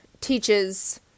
teaches